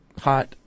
hot